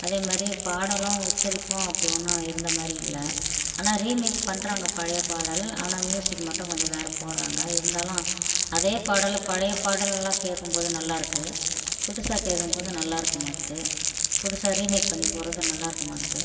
அதேமாரி பாடலும் உச்சரிப்பும் அப்படி ஒன்றும் இருந்தமாதிரி இல்லை ஆனால் ரிமேக் பண்ணுறாங்க பழைய பாடல் ஆனால் மியூசிக் மட்டும் கொஞ்சம் வேறு போடுறாங்க இருந்தாலும் அதே பாடலை பழைய பாடல்லாம் கேட்கும்போது நல்லாருக்கும் புதுசாக கேட்கும்போது நல்லாருக்க மாட்டுது புதுசாக ரிமேக் பண்ணி போடுறது நல்லாருக்க மாட்டுது